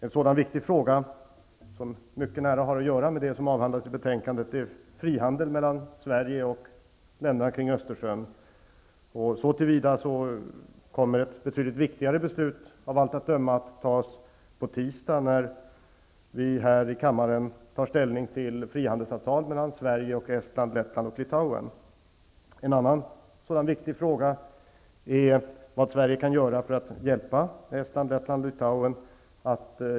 En sådan viktig fråga, som mycket nära har att göra med det som avhandlas i betänkandet, är frihandel mellan Sverige och länderna kring Östersjön. Så till vida kommer av allt att döma ett viktigare beslut att fattas på tisdag, då vi här i kammaren skall ta ställning till ett frihandelsavtal mellan En annan viktig fråga är vad Sverige kan göra för att hjälpa Estland, Lettland och Litauen.